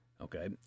okay